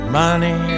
money